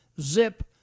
zip